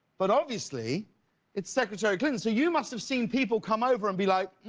but obviously it's secretary clinton, so you must have seen people come over and be like